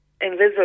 invisible